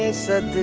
ah said